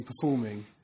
performing